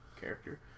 character